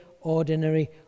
ordinary